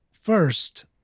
First